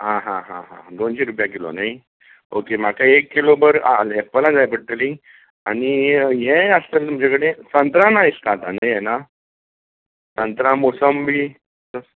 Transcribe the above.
आं हां हां दोनशी रुपया किलो न्हय ओके म्हाका एक किलोभर एपलां जाय पडटलीं आनी हें आसतलें तुमचे कडेन संत्रां ना दिसता न्हय आतां संत्रां मोसंबी